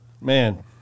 man